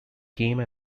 came